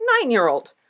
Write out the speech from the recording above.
nine-year-old